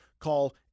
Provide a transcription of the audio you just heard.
Call